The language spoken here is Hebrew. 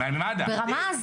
ברמה הזיה,